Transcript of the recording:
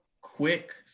quick